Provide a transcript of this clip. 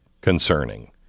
concerning